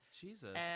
Jesus